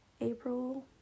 April